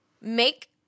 make